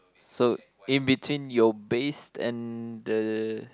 so in between your base and the